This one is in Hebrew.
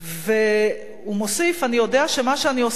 והוא מוסיף: "אני יודע שמה שאני עושה לא ממש מקובל